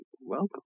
welcome